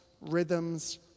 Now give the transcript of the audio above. rhythms